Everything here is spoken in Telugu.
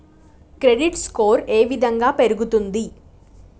క్రెడిట్ స్కోర్ ఏ విధంగా పెరుగుతుంది?